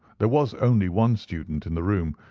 there was only one student in the room,